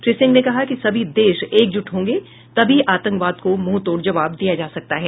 श्री सिंह ने कहा कि सभी देश एकजुट होंगे तभी आतंकवाद को मुंहतोड़ जवाब दिया जा सकता है